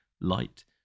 light